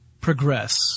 progress